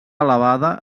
elevada